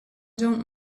don’t